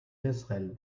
israel